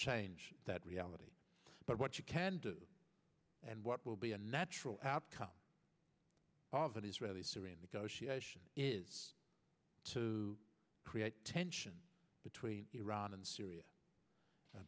change that reality but what you can do and what will be a natural outcome of an israeli syrian negotiation is to create tension between iran and syria